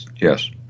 Yes